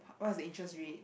what are the interest rate